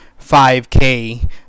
5K